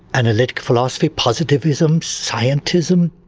analytic philosophy, positivism, scientism,